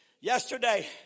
Yesterday